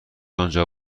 آنجا